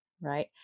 right